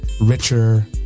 richer